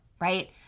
right